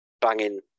banging